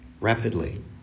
rapidly